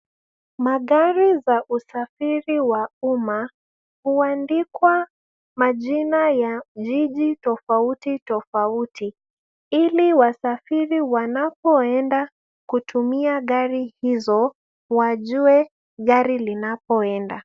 Magari za usafiri wa umma huandikwa majina ya jiji tofautitofauti ili wasafiri wanapoenda kutumia gari hizo wajue gari linapoenda.